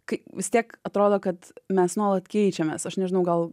kai vis tiek atrodo kad mes nuolat keičiamės aš nežinau gal